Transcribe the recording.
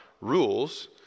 rules